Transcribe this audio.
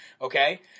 okay